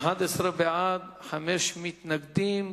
בעד, חמישה מתנגדים.